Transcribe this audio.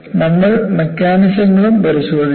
നമ്മൾ മെക്കാനിസങ്ങളും പരിശോധിക്കും